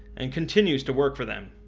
and continues to work for them,